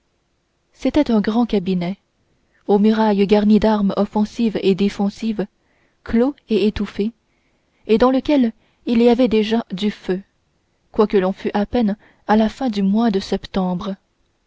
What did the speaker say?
c'était un grand cabinet aux murailles garnies d'armes offensives et défensives clos et étouffé et dans lequel il y avait déjà du feu quoique l'on fût à peine à la fin du mois de septembre